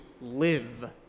live